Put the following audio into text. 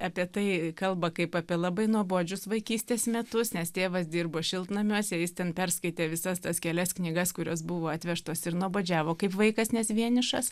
apie tai kalba kaip apie labai nuobodžius vaikystės metus nes tėvas dirbo šiltnamiuose jis ten perskaitė visas tas kelias knygas kurios buvo atvežtos ir nuobodžiavo kaip vaikas nes vienišas